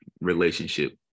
relationship